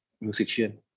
musician